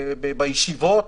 בישיבות,